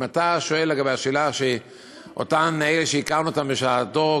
אם אתה שואל לגבי אותן אלה שהכרנו בשעתן